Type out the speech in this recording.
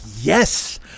yes